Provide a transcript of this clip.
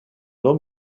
donc